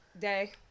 Day